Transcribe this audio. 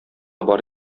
бар